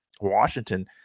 Washington